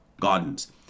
gardens